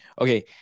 Okay